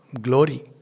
glory